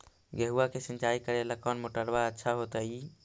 गेहुआ के सिंचाई करेला कौन मोटरबा अच्छा होतई?